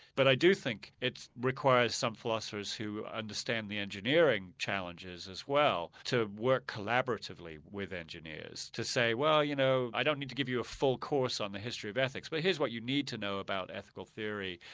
but i do think it requires some philosophers who understand the engineering challenges as well to work collaboratively with engineers to say well, you know, i don't need to give you a full course on the history of ethics but here's what you need to know about ethical theory.